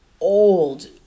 old